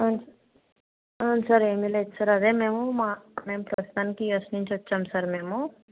sir ఏమీ లేదు sir అదే మేము మా మేము ప్రస్తుతానికి యూఎస్ నుంచి వచ్చాము సార్ మేము